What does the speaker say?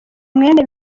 mwene